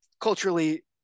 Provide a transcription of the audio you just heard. culturally-